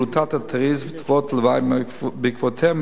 בלוטת התריס ותופעות לוואי בעקבותיה,